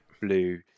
blue